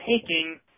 taking